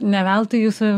ne veltui jūsų